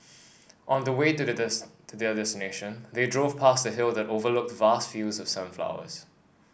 on the way to their to their destination they drove past a hill that overlooked vast fields of sunflowers